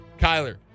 Kyler